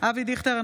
אבי דיכטר,